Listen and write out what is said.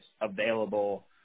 available